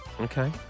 Okay